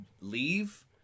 leave